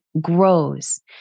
grows